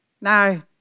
now